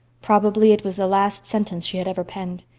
probably it was the last sentence she had ever penned.